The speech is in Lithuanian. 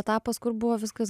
etapas kur buvo viskas